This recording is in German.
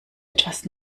etwas